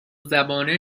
زبانه